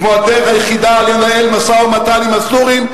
כמו הדרך היחידה לנהל משא-ומתן עם הסורים.